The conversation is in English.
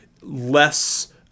less